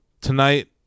Tonight